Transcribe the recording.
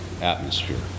atmosphere